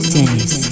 Dennis